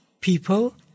people